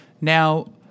Now